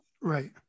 Right